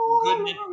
goodness